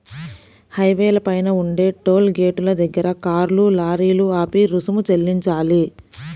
హైవేల పైన ఉండే టోలు గేటుల దగ్గర కార్లు, లారీలు ఆపి రుసుము చెల్లించాలి